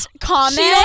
comment